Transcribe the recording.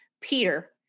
Peter